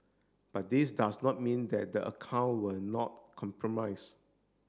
but this does not mean that the account were not compromise